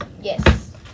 Yes